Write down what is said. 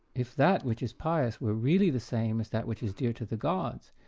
if that which is pious were really the same as that which is dear to the gods,